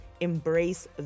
Embrace